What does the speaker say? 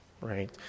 right